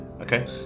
Okay